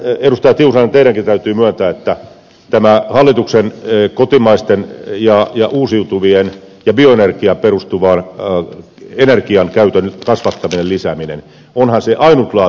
tiusanen teidänkin täytyy myöntää että tämä hallituksen kotimaisten ja uusiutuvien energialähteiden ja bioenergiaan perustuvan energiankäytön kasvattaminen ja lisääminen on ainutlaatuinen pakettikokonaisuus